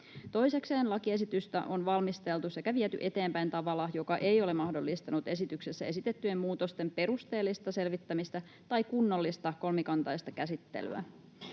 Toisekseen lakiesitystä on valmisteltu sekä viety eteenpäin tavalla, joka ei ole mahdollistanut esityksessä esitettyjen muutosten perusteellista selvittämistä tai kunnollista kolmikantaista käsittelyä.